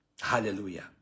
Hallelujah